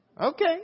Okay